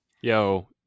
Yo